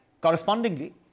correspondingly